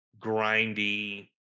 grindy